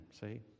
see